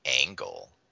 angle